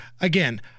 Again